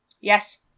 Yes